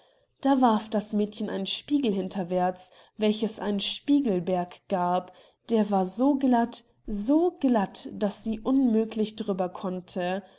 da warf das mädchen einen spiegel hinterwärts welches einen spiegelberg gab der war so glatt so glatt daß sie unmöglich drüber konnte